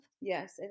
Yes